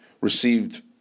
received